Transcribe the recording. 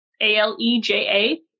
A-L-E-J-A